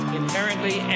inherently